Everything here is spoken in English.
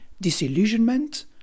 disillusionment